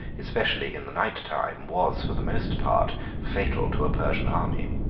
especially in the night time, was for the most part fatal to a persian army.